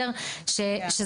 זה